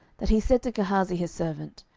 that he said to gehazi his servant,